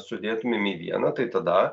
sudėtumėm į vieną tai tada